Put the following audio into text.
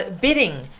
bidding